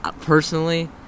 Personally